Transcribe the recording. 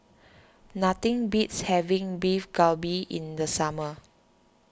nothing beats having Beef Galbi in the summer